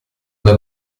una